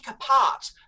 apart